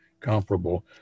comparable